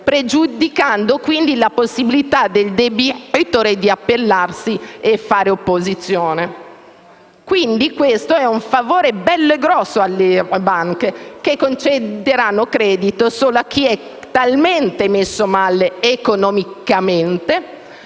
pregiudicando quindi la possibilità del debitore di appellarsi e fare opposizione. Quindi questo è un favore bello grosso alle banche, che concederanno credito solo a chi è talmente messo male economicamente